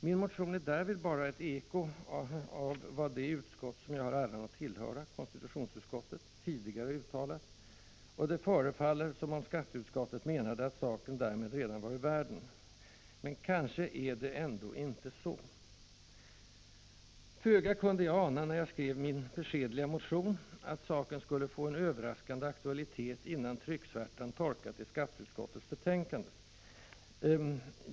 Min motion är därmed bara ett eko av vad det utskott som jag har äran att tillhöra, konstitutionsutskottet, tidigare uttalat, och det förefaller som om skatteutskottet menade att saken därmed redan vore ur världen. Men kanske är det ändå inte så. Föga kunde jag ana, när jag skrev min beskedliga motion, att saken skulle få en överraskande aktualitet innan trycksvärtan torkat i skatteutskottets betänkande.